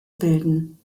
bilden